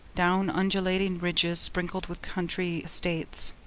down undulating ridges sprinkled with country estates,